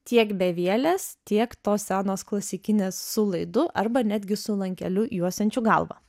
tiek bevielės tiek tos senos klasikinės su laidu arba netgi su lankeliu juosiančiu galva